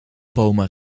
bomen